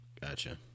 Gotcha